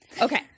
Okay